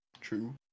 True